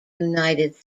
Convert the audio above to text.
united